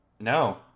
No